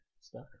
Stuck